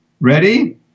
ready